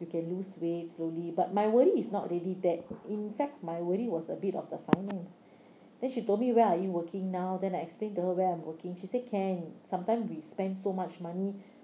you can lose weight slowly but my worry is not really that in fact my worry was a bit of the money then she told me where are you working now than I explain to her where I am working she say can sometime we spend so much money